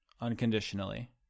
unconditionally